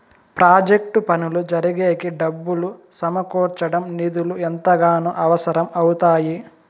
project పనులు జరిగేకి డబ్బులు సమకూర్చడం నిధులు ఎంతగానో అవసరం అవుతాయి